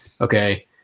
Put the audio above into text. Okay